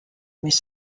mis